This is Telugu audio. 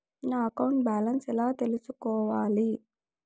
నా అకౌంట్ బ్యాలెన్స్ ఎలా తెల్సుకోవాలి